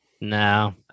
No